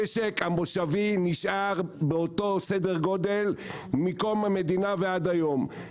המושבים נשארו באותו סדר גודל מקום המדינה ועד היום.